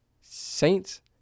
Saints